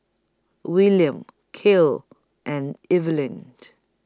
Willian Kael and Evalyn